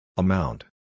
Amount